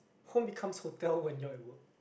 home becomes hotel when you're at work